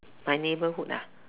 my neighborhood ah